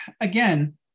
again